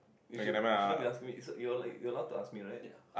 you should you shouldn't be asking me so you are like you are allow to ask me right